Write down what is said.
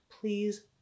please